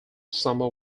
summer